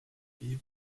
ihm